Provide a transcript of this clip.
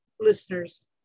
listeners